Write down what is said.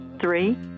Three